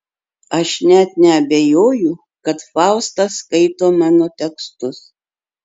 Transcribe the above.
aš net neabejoju kad fausta skaito mano tekstus